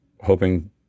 hoping